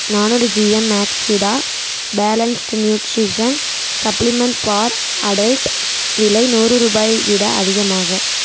நானூறு GM Maxvida balanced nutrition supplement for adult விலை நூறு ரூபாயை விட அதிகமா